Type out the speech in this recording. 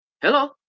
Hello